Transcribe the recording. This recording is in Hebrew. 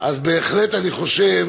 אני בהחלט חושב